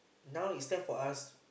now is time for us